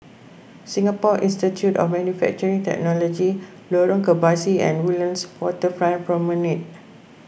Singapore Institute of Manufacturing Technology Lorong Kebasi and Woodlands Waterfront Promenade